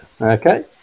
Okay